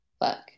Look